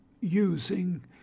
using